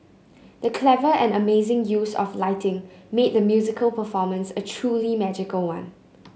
the clever and amazing use of lighting made the musical performance a truly magical one